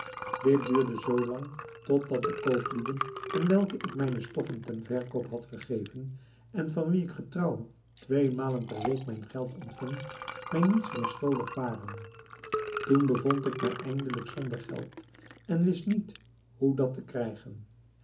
dit duurde zoo lang tot dat de kooplieden aan welke ik mijne stoffen ten verkoop had gegeven en van wie ik getrouw twee malen per week mijn geld ontving mij niets meer schuldig waren toen bevond ik mij eindelijk zonder geld en wist niet hoe dat te krijgen